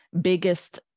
biggest